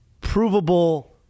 provable